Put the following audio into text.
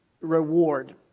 reward